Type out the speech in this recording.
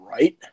right